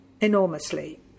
enormously